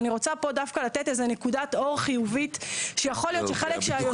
אני רוצה לתת נקודת אור חיובית --- היועצת